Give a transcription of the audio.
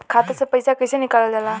खाता से पैसा कइसे निकालल जाला?